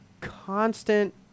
constant